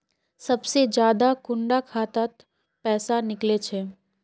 सबसे ज्यादा कुंडा खाता त पैसा निकले छे?